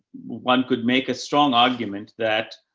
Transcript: one could make a strong argument that,